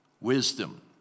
wisdom